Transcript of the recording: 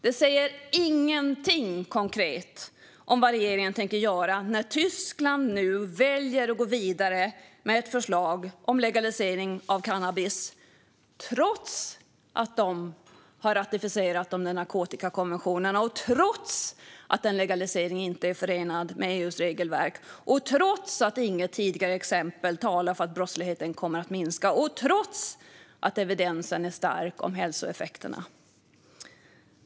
Det säger ingenting konkret om vad regeringen tänker göra när Tyskland nu väljer att gå vidare med ett förslag om legalisering av cannabis, trots att de har ratificerat narkotikakonventionerna, trots att en legalisering inte är förenlig med EU:s regelverk, trots att inget tidigare exempel talar för att brottsligheten kommer att minska och trots att evidensen om hälsoeffekterna är stark.